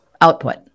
output